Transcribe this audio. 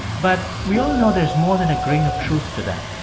but we all know there's more than a grain of truth to them.